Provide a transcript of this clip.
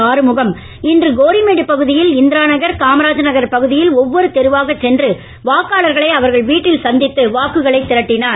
ஆறுமுகம்இ இன்று கோரிமேடு பகுதியில் இந்திராநகர்இ காமராஜ் நகர் பகுதியில்இ ஒவ்வொரு தெருவாக சென்று வாக்காளர்களை அவர்கள் வீட்டில் சந்தித்து வாக்குகளை திரட்டினார்